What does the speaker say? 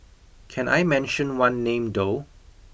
can I mention one name though